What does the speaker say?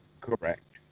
correct